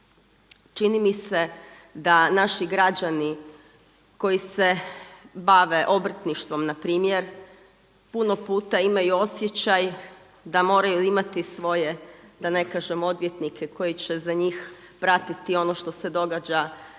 Čini mi se da naši građani koji se bave obrtništvom npr. puno puta imaju osjećaj da moraju imati svoje, da ne kažem odvjetnike koji će za njih pratiti ono što se događa u